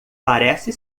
parece